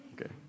Okay